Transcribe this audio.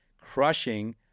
crushing